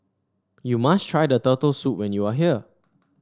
you must try Turtle Soup when you are here